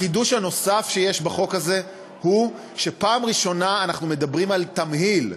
החידוש הנוסף שיש בחוק הזה הוא שפעם ראשונה אנחנו מדברים על תמהיל.